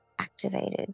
activated